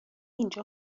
اینجا